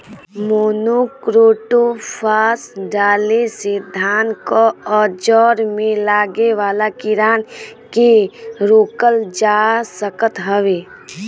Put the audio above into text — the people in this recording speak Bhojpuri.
मोनोक्रोटोफास डाले से धान कअ जड़ में लागे वाला कीड़ान के रोकल जा सकत हवे